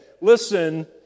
Listen